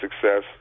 success